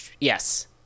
Yes